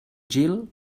gil